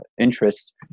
interests